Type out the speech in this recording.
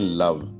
love